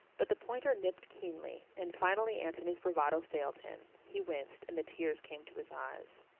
but the pointer nipped keenly and finally anthony's bravado failed him he winced and the tears came to his eyes.